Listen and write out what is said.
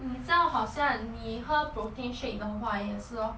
你知道好像你喝 protein shake 的话也是 lor